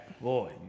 Boy